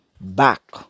back